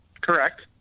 correct